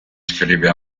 scrive